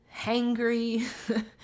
hangry